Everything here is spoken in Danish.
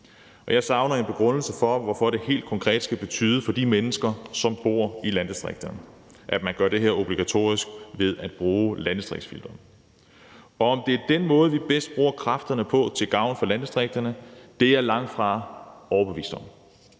jeg savner en forklaring på, hvad det helt konkret skal betyde for de mennesker, som bor i landdistrikterne, at man gør det her obligatorisk ved at bruge landdistriktsfilteret. Er det den måde, vi bedst bruger kræfterne på til gavn for landdistrikterne? Det er jeg langtfra overbevist om.